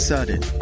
Sudden